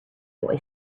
boy